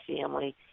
family